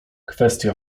kwestia